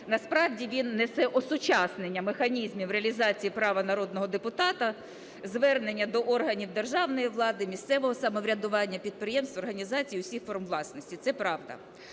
Насправдівін несе осучаснення механізмів реалізації права народного депутата звернення до органів державної влади, місцевого самоврядування, підприємств і організацій всіх форм власності. Це правда.